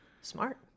smart